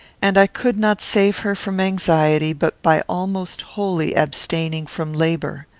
and i could not save her from anxiety but by almost wholly abstaining from labour.